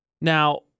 Now